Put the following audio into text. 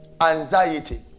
anxiety